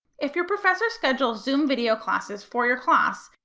if your professor schedules zoom video classes for your class,